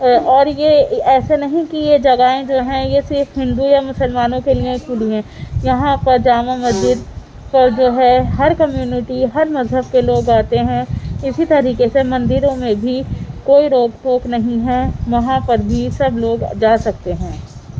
اور یہ ایسے نہیں کہ یہ جگہیں جو ہیں یہ صرف ہندو یا مسلمانوں کے لئے ہیں یا خود میں یہاں پر جامع مسجد پر جو ہے ہر کمیونیٹی ہر مذہب کے لوگ آتے ہیں اسی طریقے سے مندروں میں بھی کوئی روک ٹوک نہیں ہے یہاں پر بھی سب لوگ جا سکتے ہیں